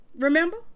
Remember